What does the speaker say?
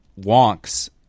wonks